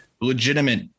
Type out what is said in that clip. legitimate